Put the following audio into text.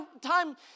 time